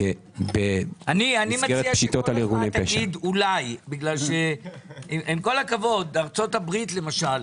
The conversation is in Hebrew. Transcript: אני מציע שכל הזמן תגיד אולי כי עם כל הכבוד בארצות הברית למשל,